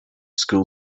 school